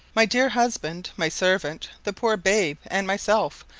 my dear husband, my servant, the poor babe, and myself,